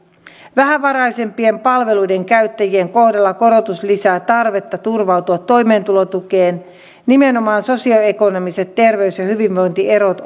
vähävaraisempien palveluiden käyttäjien kohdalla korotus lisää tarvetta turvautua toimeentulotukeen nimenomaan sosioekonomiset terveys ja hyvinvointierot